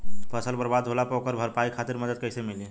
फसल बर्बाद होला पर ओकर भरपाई खातिर मदद कइसे मिली?